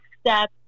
step